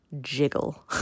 jiggle